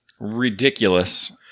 ridiculous